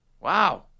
Wow